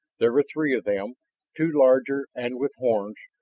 there were three of them two larger and with horns,